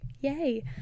yay